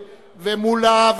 מולה,